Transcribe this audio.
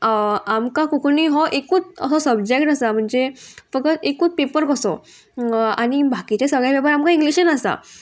आमकां कोंकणी हो एकूत असो सबजेक्ट आसा म्हणजे फकत एकूत पेपर कसो आनी बाकिचे सगळे पेपर आमकां इंग्लीशन आसा